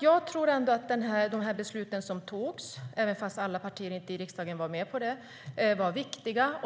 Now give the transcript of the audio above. Jag tror ändå att de beslut som fattades, även om inte alla partier i riksdagen var med på det, var viktiga.